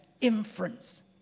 inference